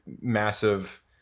massive